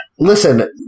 Listen